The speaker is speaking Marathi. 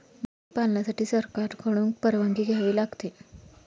मगरी पालनासाठी सरकारकडून परवानगी घ्यावी लागते